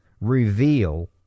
reveal